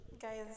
Guys